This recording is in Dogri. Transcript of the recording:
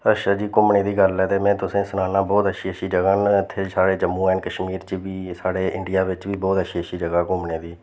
अच्छा जी घूमने दी गल्ल दे तुसेंगी सनाना अच्छी अच्छी जगह् इत्थें साढ़े जम्मू एंड कश्मीर च बी साढ़े इंडिया बिच्च बी बोह्त अच्छी अच्छी जगह् घूमने आह्ली